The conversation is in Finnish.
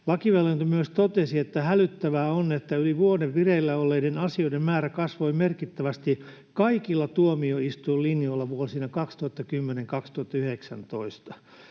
Lakivaliokunta myös totesi, että hälyttävää on, että yli vuoden vireillä olleiden asioiden määrä kasvoi merkittävästi kaikilla tuomioistuinlinjoilla vuosina 2010—2019: